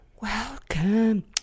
welcome